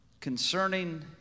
Concerning